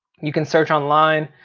you can search online.